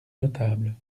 notable